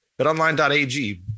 betonline.ag